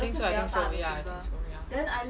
I think so I think so ya I think so ya